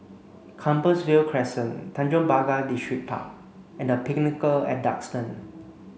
Compassvale Crescent Tanjong Pagar Distripark and The Pinnacle at Duxton